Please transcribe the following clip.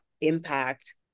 impact